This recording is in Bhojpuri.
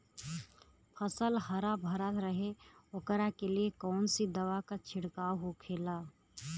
फसल हरा भरा रहे वोकरे लिए कौन सी दवा का छिड़काव होखेला?